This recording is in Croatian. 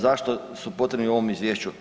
Zašto su potrebni u ovom izvješću?